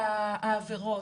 מתעסקים בעבירות,